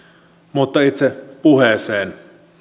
mutta itse puheeseen